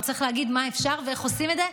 הוא צריך להגיד מה אפשר ואיך עושים את זה,